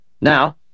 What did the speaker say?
Now